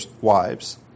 wives